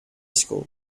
school